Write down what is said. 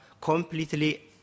completely